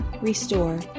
restore